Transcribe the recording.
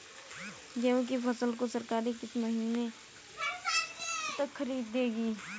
गेहूँ की फसल को सरकार किस महीने तक खरीदेगी?